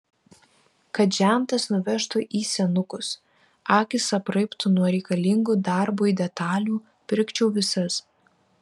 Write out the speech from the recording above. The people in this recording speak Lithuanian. kad žentas nuvežtų į senukus akys apraibtų nuo reikalingų darbui detalių pirkčiau visas